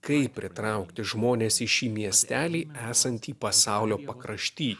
kaip pritraukti žmones į šį miestelį esantį pasaulio pakrašty